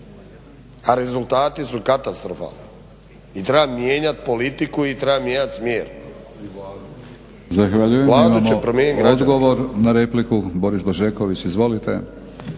a rezultati su katastrofalni i treba mijenjati politiku i treba mijenjati smjer. **Batinić, Milorad (HNS)** Zahvaljujem. Odgovor na repliku, Boris Blažeković. Izvolite.